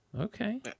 Okay